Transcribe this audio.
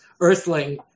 earthling